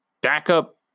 backup